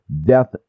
death